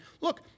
look